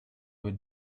would